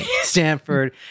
Stanford